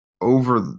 over